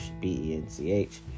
B-E-N-C-H